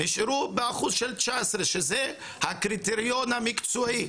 נשארו ב-19% שזה הקריטריון המקצועי.